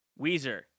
Weezer